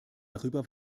darüber